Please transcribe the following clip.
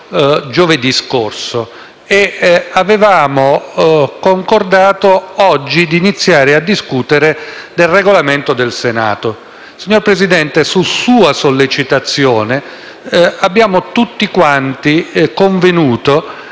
giovedì scorso e avevamo concordato di iniziare a discutere oggi del Regolamento del Senato. Signor Presidente, su sua sollecitazione, abbiamo tutti convenuto